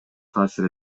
таасир